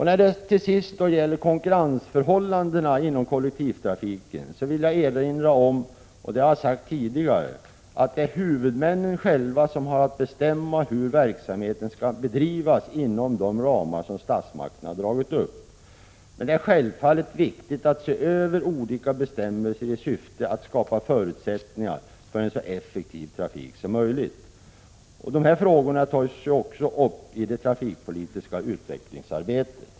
När det gäller konkurrensförhållandena inom kollektivtrafiken vill jag erinra om — och det har jag sagt tidigare — att det är huvudmännen själva som har att bestämma hur verksamheten skall bedrivas inom de ramar som statsmakterna har dragit upp. Men det är självfallet viktigt att se över olika bestämmelser i syfte att skapa förutsättningar för en så effektiv trafik som möjligt. Dessa frågor tas också upp i det trafikpolitiska utvecklingsarbetet.